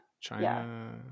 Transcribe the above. China